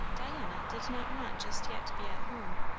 diana did not want just yet to be at home.